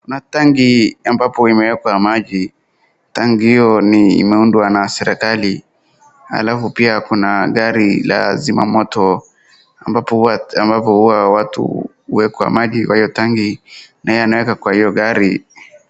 Kuna tanki ambapo imewekwa maji. Tanki hiyo imeundwa na serikali alafu pia kuna gari la zimamoto ambapo huwa watu huweka maji kwa hiyo naye anaweka kwa hiyo gari.